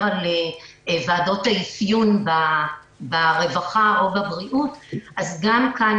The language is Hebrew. על ועדות האפיון ברווחה או בבריאות אז גם כאן,